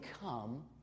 come